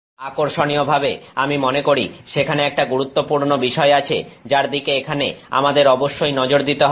আকর্ষণীয়ভাবে আমি মনে করি সেখানে একটা গুরুত্বপূর্ণ বিষয় আছে যার দিকে এখানে আমাদের অবশ্যই নজর দিতে হবে